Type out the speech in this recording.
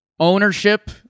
ownership